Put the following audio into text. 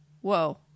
whoa